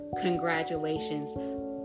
congratulations